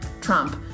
Trump